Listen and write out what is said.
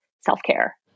self-care